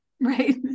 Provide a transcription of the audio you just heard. Right